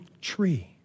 tree